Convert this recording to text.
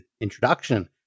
introduction